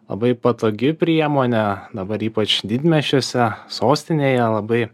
labai patogi priemonė dabar ypač didmiesčiuose sostinėje labai